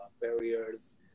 barriers